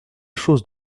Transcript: chose